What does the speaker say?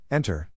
Enter